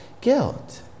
guilt